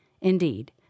indeed